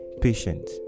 patient